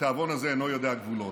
התיאבון הזה אינו יודע גבולות.